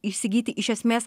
įsigyti iš esmės